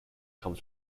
comes